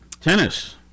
tennis